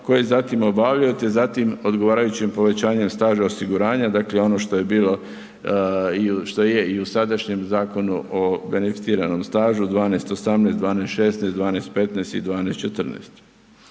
koji zatim obavljaju te zatim odgovarajućim povećanjem staža osiguranja, dakle ono što je bilo i što je i u sadašnjem Zakonu o beneficiranom stažu 12 18, 12 16, 12 15 i 12 14.